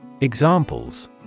Examples